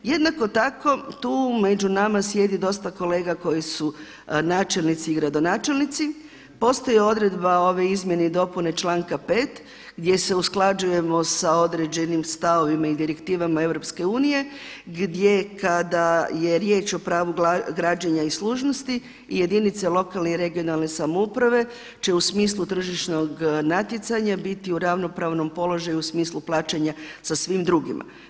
Jednako tako tu među nama sjedi dosta kolega koji su načelnici i gradonačelnici, postoji odredba ove izmjene i dopune članka 5. gdje se usklađujemo sa određenim stavovima i direktivama EU gdje kada je riječ o pravu građenja i služnosti i jedinice lokalne i regionalne samouprave će u smislu tržišnog natjecanja biti u ravnopravnom položaju u smislu plaćanja sa svim drugima.